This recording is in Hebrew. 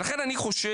לכן אני חושב,